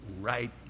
right